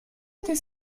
des